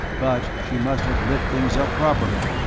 but she must have lit things up properly.